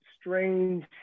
strange